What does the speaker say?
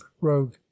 rogue